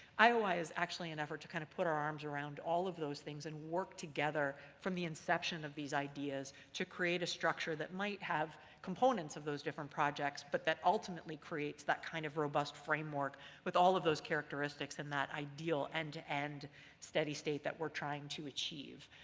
ioi is actually an effort to kind of put our arms around all of those things and work together from the inception of these ideas to create a structure that might have components of those different projects but that ultimately creates that kind of robust framework with all of those characteristics and that ideal and end-to-end and steady state that we're trying to achieve.